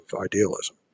idealism